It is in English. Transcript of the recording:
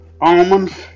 almonds